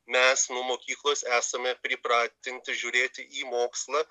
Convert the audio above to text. mes nuo mokyklos esame pripratinti žiūrėti į mokslą